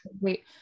Wait